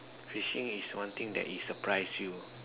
fishing is one that surprise you